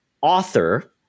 author